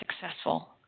successful